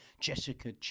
Jessica